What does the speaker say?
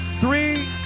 Three